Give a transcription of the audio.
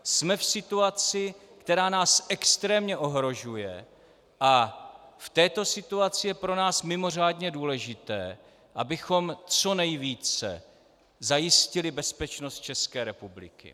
Jsme v situaci, která nás extrémně ohrožuje, a v této situaci je pro nás mimořádně důležité, abychom co nejvíce zajistili bezpečnost České republiky.